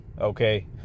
okay